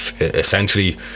essentially